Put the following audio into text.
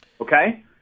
Okay